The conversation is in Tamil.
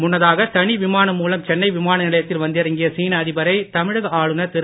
முன்னதாக தனி விமானம் மூலம் சென்னை விமான நிலையத்தில் வந்திறங்கிய சீள அதிபரை தமிழக ஆளுனர் திரு